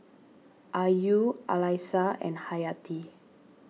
Ayu Alyssa and Hayati